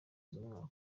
z’umwaka